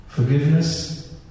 Forgiveness